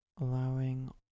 allowing